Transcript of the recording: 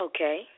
Okay